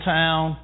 town